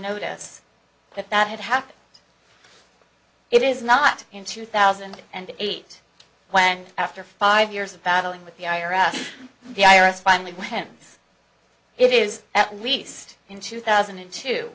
notice that that had happened it is not in two thousand and eight when after five years of battling with the i r s the i r s finally when it is at least in two thousand and two